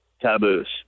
taboos